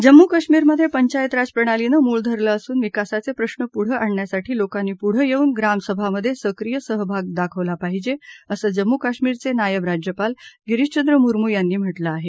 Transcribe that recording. जम्मू कश्मीरमधे पंचायत राज प्रणालीनं मूळ धरलं असून विकासाचे प्रश्न पुढं आणण्यासाठी लोकांनी पुढं येऊन ग्रामसभांमधे सक्रीय सहभाग दाखवला पाहीजे असं जम्मू कश्मीरचे नायब राज्यपाल गिरीशचंद्र मुर्मू यांनी म्हटलं आहे